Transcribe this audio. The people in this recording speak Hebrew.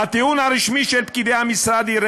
הטיעון הרשמי של פקידי המשרד הוא: